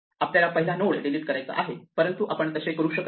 आपल्याला पहिला node delete करायचा आहे परंतु आपण तसे करू शकत नाही